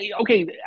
okay